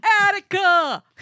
Attica